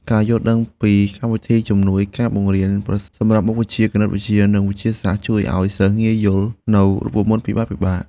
ការយល់ដឹងពីកម្មវិធីជំនួយការបង្រៀនសម្រាប់មុខវិជ្ជាគណិតវិទ្យានិងវិទ្យាសាស្ត្រជួយឱ្យសិស្សងាយយល់នូវរូបមន្តពិបាកៗ។